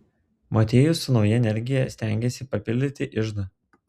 motiejus su nauja energija stengėsi papildyti iždą